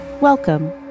Welcome